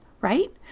Right